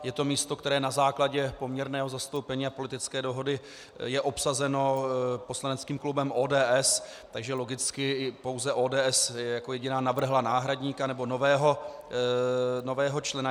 Je to místo, které na základě poměrného zastoupení a politické dohody je obsazeno poslaneckým klubem ODS, takže logicky pouze ODS jako jediná navrhla náhradníka nebo nového člena.